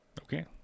Okay